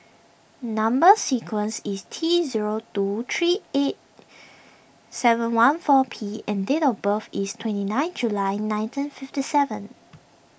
Number Sequence is T zero two three eight seven one four P and date of birth is twenty nine July nineteen fifty seven